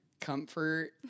comfort